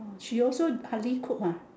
!wah! she also I think cook ah